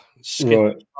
Skip